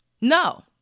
No